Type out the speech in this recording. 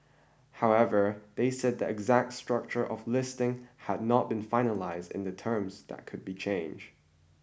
however they said the exact structure of listing had not been finalised and the terms that could be change